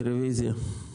רוויזיה.